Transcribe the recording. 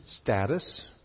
status